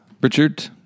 Richard